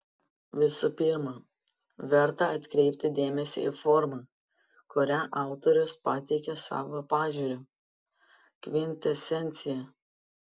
visų pirma verta atkreipti dėmesį į formą kuria autorius pateikia savo pažiūrų kvintesenciją